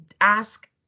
ask